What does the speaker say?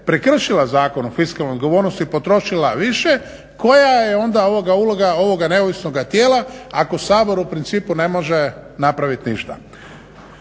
prekršila Zakon o fiskalnoj odgovornosti, potrošila više koja je onda ova uloga ovoga neovisnoga tijela ako Sabor u principu ne može napraviti ništa?